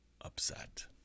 upset